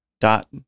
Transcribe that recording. dot